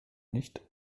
nicht